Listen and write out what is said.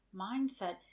mindset